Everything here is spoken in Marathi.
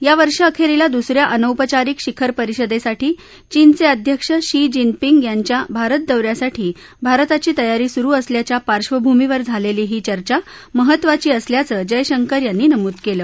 या वर्षअखेरीला दुसऱ्या अनौपचारिक शिखर परिषदेसाठी चीनचे अध्यक्ष शी जिनपिंग यांच्या भारत दौऱ्यासाठी भारताची तयारी सुरू असल्याच्या पार्श्वभूमीवर झालेली ही चर्चा महत्त्वाची असल्याचे जयशंकर यांनी नमूद केलं